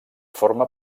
forma